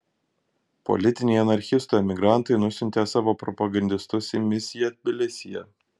politiniai anarchistų emigrantai nusiuntė savo propagandistus į misiją tbilisyje